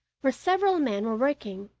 where several men were working.